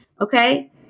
Okay